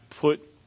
put